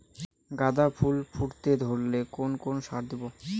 গাদা ফুল ফুটতে ধরলে কোন কোন সার দেব?